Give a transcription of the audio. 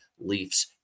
Leafs